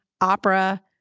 opera